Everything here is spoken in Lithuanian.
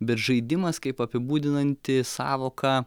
bet žaidimas kaip apibūdinanti sąvoka